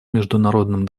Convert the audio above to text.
международным